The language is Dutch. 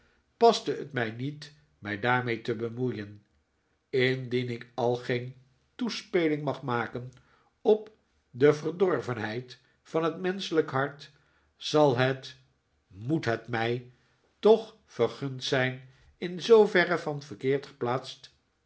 paste het mij niet mij daarmee te bemoeien indien ik al geen toespeling mag maken op de verdorvenheid van het menschelijke hart zal het moet het mij toch vergund zijn in zooverre van verkeerd geplaatst